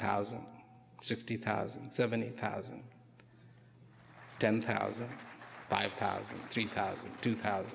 thousand sixty thousand seventy thousand ten thousand five thousand three thousand two thousand